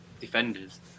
defenders